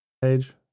page